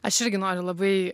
aš irgi noriu labai